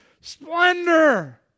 splendor